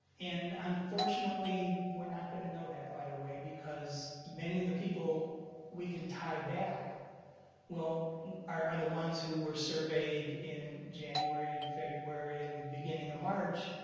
and unfortunately, we're not going to know that right away because many of the people we can tie back will are the ones who were surveyed in january, in february and beginning of march.